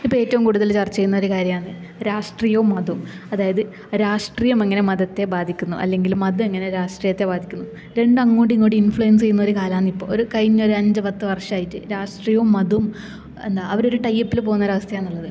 ഇപ്പം ഏറ്റവും കൂടുതൽ ചർച്ച ചെയ്യുന്ന ഒരു കാര്യാമാണ് രാഷ്ട്രീയവും മതവും അതായത് രാഷ്ട്രീയം എങ്ങനെ മതത്തെ ബാധിക്കുന്നു അല്ലെങ്കിൽ മതം എങ്ങനെ രാഷ്ട്രീയത്തെ ബാധിക്കുന്നു രണ്ടും അങ്ങോട്ട് ഇങ്ങോട്ടും ഇന്ഫ്ലുവന്സ് ചെയ്യുന്ന ഒരു കാലമാണ് ഇപ്പോൾ ഒരു കഴിഞ്ഞ ഒരു അഞ്ചു പത്തു വർഷമായിട്ട് രാഷ്ട്രീയവും മതവും എന്താ അവർ ഒരു ടൈ അപ്പിൽ പോകുന്ന ഒരു അവസ്ഥയാണുള്ളത്